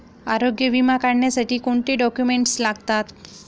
आरोग्य विमा काढण्यासाठी कोणते डॉक्युमेंट्स लागतात?